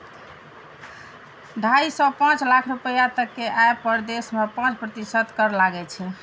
ढाइ सं पांच लाख रुपैया तक के आय पर देश मे पांच प्रतिशत कर लागै छै